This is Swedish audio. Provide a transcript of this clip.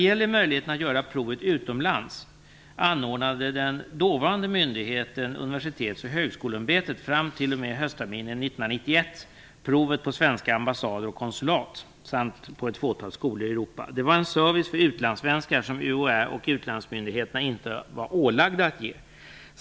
höstterminen 1991 provet på svenska ambassader och konsulat samt på ett fåtal skolor i Europa. Detta var en service för utlandssvenskar som UHÄ och utlandsmyndigheterna inte var ålagda att ge.